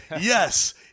Yes